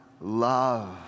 love